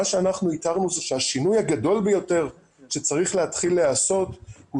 זה שהשינוי הגדול ביותר שצריך להתחיל לעשות הוא